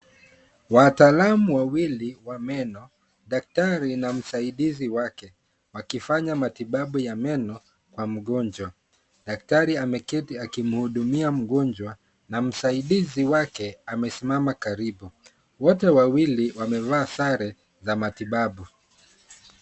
Wataalamu wawili wa meno, daktari na msaidizi wake, wakifanya matibabu ya meno kwa mgonjwa. Daktari ameketi akimhudumia mgonjwa na msaidizi wake amesimama karibu. Wote wawili wamevaa sare za matibabu.